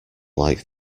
like